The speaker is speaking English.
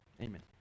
Amen